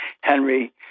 Henry